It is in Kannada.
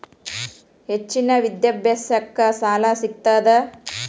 ಹೆಚ್ಚಿನ ವಿದ್ಯಾಭ್ಯಾಸಕ್ಕ ಸಾಲಾ ಸಿಗ್ತದಾ?